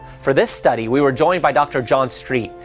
for this study, we were joined by dr. john street,